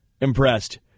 impressed